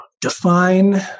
define